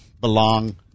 belong